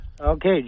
Okay